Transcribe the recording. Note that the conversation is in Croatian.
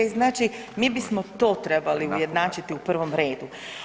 Znači mi bismo to trebali ujednačiti u provom redu.